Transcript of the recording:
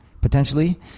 potentially